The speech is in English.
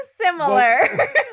similar